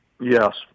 Yes